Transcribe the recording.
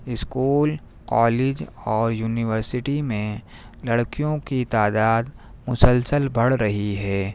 school college اور university میں لڑکیوں کی تعداد مسلسل بڑھ رہی ہے